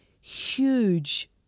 huge